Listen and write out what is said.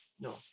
No